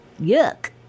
yuck